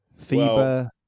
FIBA